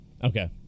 Okay